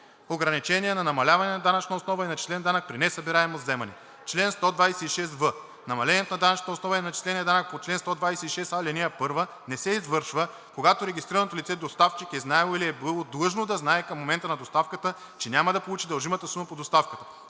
Ограничения на намаляване на данъчна основа и начислен данък при несъбираемо вземане Чл. 126в. Намалението на данъчната основа и на начисления данък по чл. 126а, ал. 1 не се извършва, когато регистрираното лице – доставчик, е знаело или е било длъжно да знае към момента на доставката, че няма да получи дължимата сума по доставката.